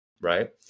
right